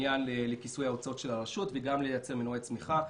לכיסוי ההוצאות של הרשות וגם לייצר מנועי צמיחה.